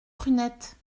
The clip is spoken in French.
prunette